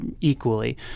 equally